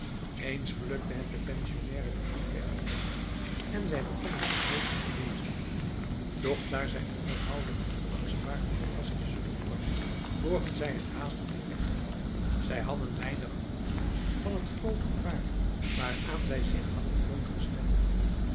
eens gelukte het den pensionnairen dit boek weg te nemen en zij begonnen het gretig te lezen doch daar zij onophoudelijk in angst waren verrast te zullen worden borgen zij t haastig weer weg zij hadden weinig genot van het groot gevaar waaraan zij zich hadden blootgesteld